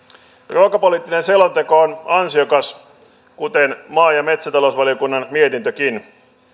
ruokapoliittinen selonteko on ansiokas kuten maa ja metsätalousvaliokunnan mietintökin